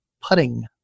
putting